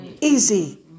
easy